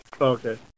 okay